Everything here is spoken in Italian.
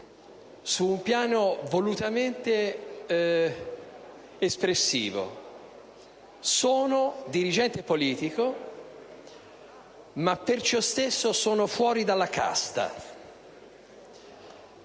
su un piano volutamente espressivo: sono dirigente politico, ma per ciò stesso sono fuori dalla casta.